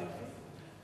ששאל,